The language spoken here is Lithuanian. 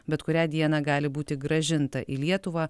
bet kurią dieną gali būti grąžinta į lietuvą